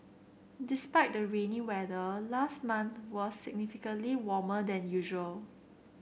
despite the rainy weather last month was significantly warmer than usual